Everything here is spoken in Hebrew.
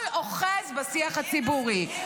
השמאל אוחז בשיח הציבורי.